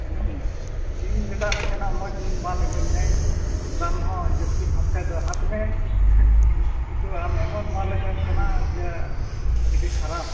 ᱤᱧ ᱢᱮᱛᱟᱫ ᱢᱮ ᱛᱟᱦᱮᱱᱟ ᱢᱚᱡᱽ ᱜᱮ ᱢᱟᱞ ᱮᱢᱟᱹᱧ ᱢᱮ ᱫᱟᱢ ᱦᱚᱸ ᱡᱟᱹᱥᱛᱤᱢ ᱦᱟᱛ ᱠᱷᱟᱡ ᱫᱚ ᱦᱟᱛ ᱢᱮ ᱠᱤᱱᱛᱩ ᱟᱢ ᱮᱢᱚᱱ ᱢᱟᱞᱮᱢ ᱮᱢ ᱟᱠᱟᱱᱟ ᱡᱮ ᱟᱹᱰᱤ ᱠᱷᱟᱨᱟᱯ